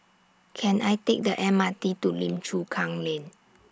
Can I Take The M R T to Lim Chu Kang Lane